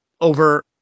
over